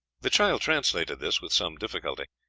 the child translated this with some difficulty.